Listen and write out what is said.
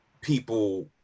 people